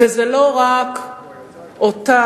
וזה לא רק אותה